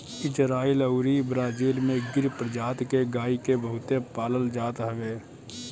Israel अउरी Brazil में गिर प्रजति के गाई के बहुते पालल जात हवे